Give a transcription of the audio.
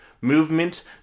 Movement